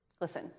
Listen